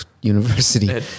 University